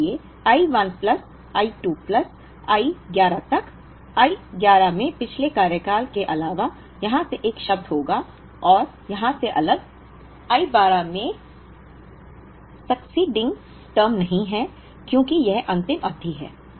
इसलिए I 1 plus I 2 plus I 11 तक I 11 में पिछले कार्यकाल के अलावा यहाँ से एक शब्द होगा और यहाँ से अलग I 12 में सकसीडिंग टर्म नहीं है क्योंकि यह अंतिम अवधि है